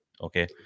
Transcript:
Okay